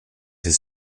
his